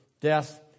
death